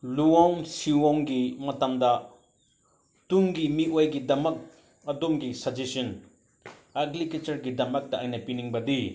ꯂꯧꯎ ꯁꯤꯡꯎꯒꯤ ꯃꯇꯝꯗ ꯇꯨꯡꯒꯤ ꯃꯤꯑꯣꯏꯒꯤꯗꯃꯛ ꯑꯗꯣꯝꯒꯤ ꯁꯖꯦꯁꯟ ꯑꯦꯒ꯭ꯔꯤꯀꯜꯆꯔꯒꯤꯗꯃꯛꯇ ꯑꯩꯅ ꯄꯤꯅꯤꯡꯕꯗꯤ